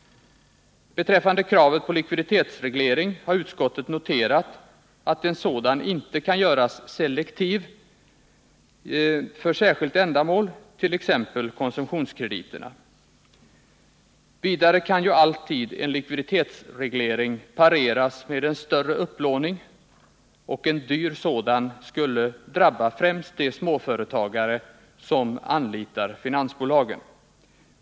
Beträffande kravet på likviditetsreglering har utskottet noterat att en sådan inte kan göras selektiv gentemot krediter för särskilt ändamål, t.ex. konsumtionskrediterna. Vidare kan ju alltid en likviditetsreglering pareras med en större upplåning, och en dyr sådan skulle drabba främst de företagare som anlitar finansbolagen.